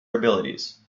abilities